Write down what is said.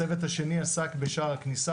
הצוות השני עסק ב"שער הכניסה",